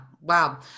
Wow